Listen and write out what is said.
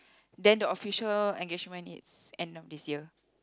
then the official engagement its end of this year